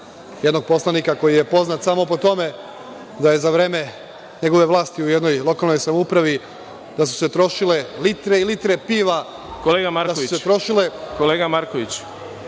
jednog poslanika koji je poznat samo po tome da je za vreme njegove vlasti u jednoj lokalnoj samoupravi, da su se trošile litre i litre piva, da su se trošile…